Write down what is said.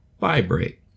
Vibrate